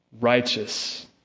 righteous